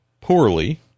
poorly